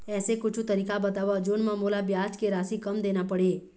ऐसे कुछू तरीका बताव जोन म मोला ब्याज के राशि कम देना पड़े?